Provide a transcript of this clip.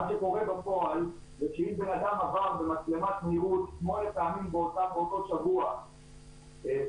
מה שקורה בפועל שאם אדם עבר במצלמת מהירות שמונה פעמים באותו שבוע וקיבל